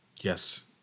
Yes